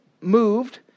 moved